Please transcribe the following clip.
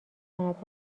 کند